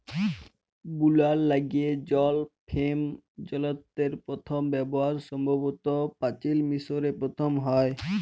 বুলার ল্যাইগে জল ফেম যলত্রের পথম ব্যাভার সম্ভবত পাচিল মিশরে পথম হ্যয়